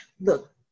look